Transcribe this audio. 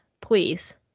please